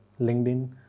LinkedIn